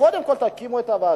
קודם כול תקימו את הוועדות,